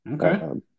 okay